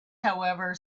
however